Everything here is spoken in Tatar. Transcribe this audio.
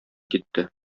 китте